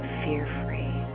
fear-free